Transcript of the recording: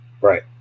Right